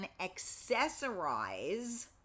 accessorize